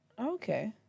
Okay